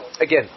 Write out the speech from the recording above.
Again